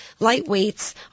Lightweights